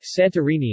Santorini